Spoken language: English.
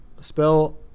spell